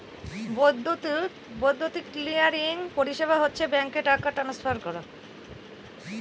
বৈদ্যুতিক ক্লিয়ারিং পরিষেবা হচ্ছে ব্যাঙ্কে টাকা ট্রান্সফার করা